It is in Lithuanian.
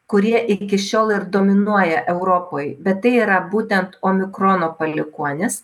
kurie iki šiol ir dominuoja europoj bet tai yra būtent omikrono palikuonys